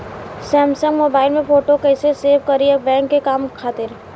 Samsung mobile में photo कैसे save करीं बैंक के काम खातिर?